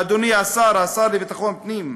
אדוני השר לביטחון פנים.